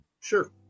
Sure